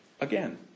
Again